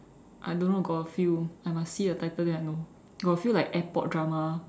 I don't know got a few I must see the title then I know got a few like airport drama